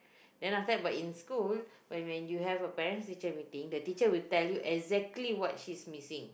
then after that about in school when you have a parent teacher meeting the teacher will tell you exactly what she is missing